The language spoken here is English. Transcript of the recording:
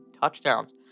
touchdowns